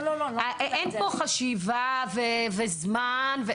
אין פה חשיבה וזמן.